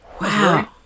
wow